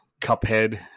Cuphead